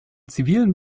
zivilen